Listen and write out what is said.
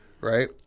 right